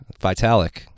vitalik